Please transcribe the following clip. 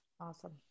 Awesome